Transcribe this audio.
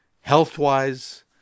health-wise